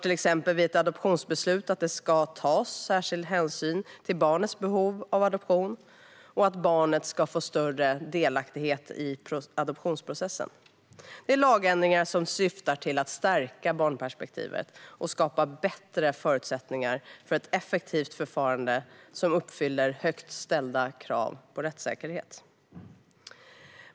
Till exempel införs att det vid adoptionsbeslut ska tas särskild hänsyn till barnets behov av adoption och att barnet ska få större delaktighet i adoptionsprocessen. Det är lagändringar som syftar till att stärka barnperspektivet och skapa bättre förutsättningar för ett effektivt förfarande som uppfyller högt ställda krav på rättssäkerhet.